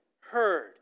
Heard